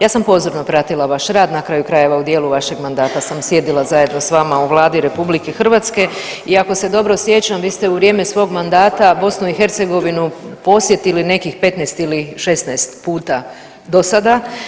Ja sam pozorno pratila vaš rad, na kraju krajeva u dijelu vašeg mandata sam sjedila zajedno s vama u Vladi RH i ako se dobro sjećam vi ste u vrijeme svog mandata BiH posjetili nekih 15 ili 16 puta dosada.